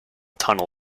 tunnel